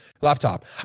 laptop